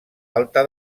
alta